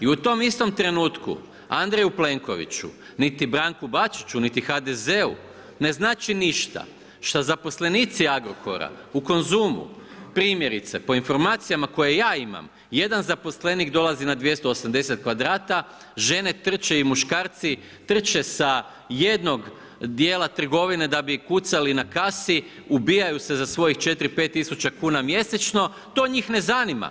I u tom istom trenutku Andreju Plenkoviću niti Branku Bačiću niti HDZ-u ne znači ništa šta zaposlenici Agrokora u Konzumu primjerice po informacijama koje ja imam, jedan zaposlenik dolazi na 280 kvadrata, žene trče i muškarci trče sa jednog dijela trgovine da bi kucali na kasi, ubijaju se za svojih 4, 5 tisuća kuna mjesečno, to njih ne zanima.